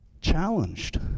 challenged